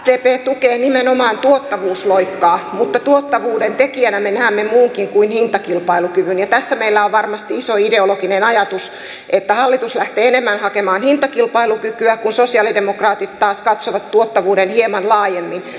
sdp tukee nimenomaan tuottavuusloikkaa mutta tuottavuuden tekijänä me näemme muunkin kuin hintakilpailukyvyn ja tässä meillä on varmasti iso ideologinen ajatus että hallitus lähtee enemmän hakemaan hintakilpailukykyä kun sosialidemokraatit taas katsovat tuottavuuden hieman laajemmin